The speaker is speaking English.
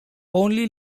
only